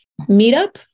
meetup